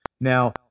Now